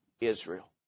Israel